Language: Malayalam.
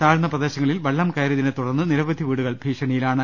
താഴ്ന്ന പ്രദേശങ്ങളിൽ വെള്ളം കയറിയതിനെ തുടർന്ന് നിരവധി വീടുകൾ ഭീഷണിയിലാണ്